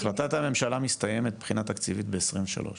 החלטת הממשלה מסתיימת מבחינה תקציבית ב-2023.